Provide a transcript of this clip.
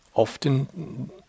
often